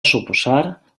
suposar